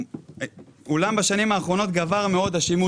אולם בשנים האחרונות גבר מאוד השימוש